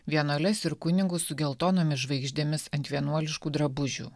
vienuoles ir kunigus su geltonomis žvaigždėmis ant vienuoliškų drabužių